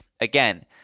again